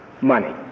money